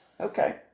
Okay